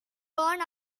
gone